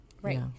Right